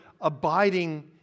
abiding